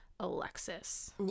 Alexis